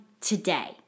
today